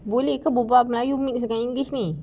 boleh ke berbual melayu mix dengan english ni